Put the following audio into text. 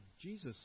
Jesus